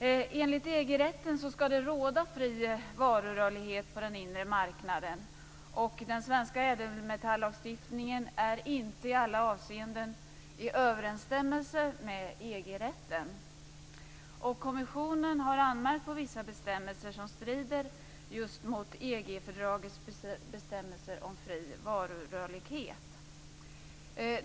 Enligt EG-rätten ska det råda fri varurörlighet på den inre marknaden. Den svenska ädelmetallagstiftningen är inte i alla avseenden i överensstämmelse med EG-rätten. Kommissionen har anmärkt på vissa bestämmelser som strider just mot EG-fördragets bestämmelser om fri varurörlighet.